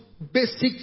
basic